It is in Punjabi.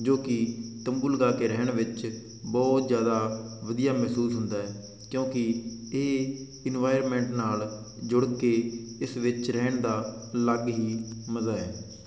ਜੋ ਕਿ ਤੰਬੂ ਲਗਾ ਕੇ ਰਹਿਣ ਵਿੱਚ ਬਹੁਤ ਜ਼ਿਆਦਾ ਵਧੀਆ ਮਹਿਸੂਸ ਹੁੰਦਾ ਹੈ ਕਿਉਂਕਿ ਇਹ ਇਨਵਾਇਰਮੈਂਟ ਨਾਲ ਜੁੜ ਕੇ ਇਸ ਵਿੱਚ ਰਹਿਣ ਦਾ ਅਲੱਗ ਹੀ ਮਜ਼ਾ ਹੈ